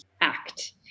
act